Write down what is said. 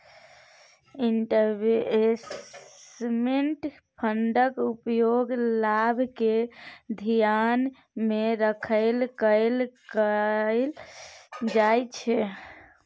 investment फंडक उपयोग लाभ केँ धियान मे राइख कय कअल जाइ छै